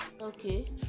Okay